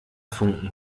funken